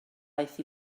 aeth